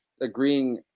agreeing